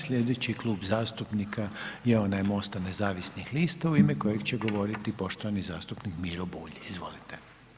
Slijedeći Klub zastupnika je onaj MOST-a nezavisnih lista u ime kojeg će govoriti poštovani zastupnik Miro Bulj, izvolite.